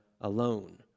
alone